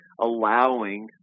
allowing